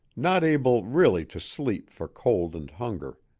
not able really to sleep for cold and hunger.